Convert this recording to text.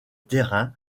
terrain